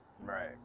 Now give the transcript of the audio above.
right